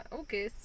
okay